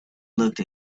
looked